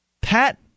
Pat